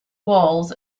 walls